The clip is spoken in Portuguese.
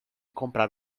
comprar